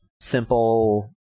simple